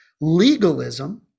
legalism